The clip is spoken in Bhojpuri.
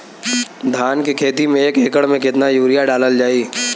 धान के खेती में एक एकड़ में केतना यूरिया डालल जाई?